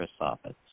office